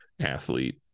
athlete